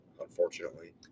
unfortunately